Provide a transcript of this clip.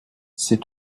c’est